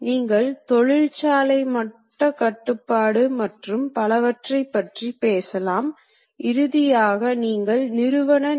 எனவே அத்தகைய அளவுருக்கள் பொதுவாக அத்தகைய இயந்திரங்களில் அமைக்கப்பட்டிருக்கும்